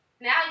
now